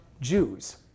Jews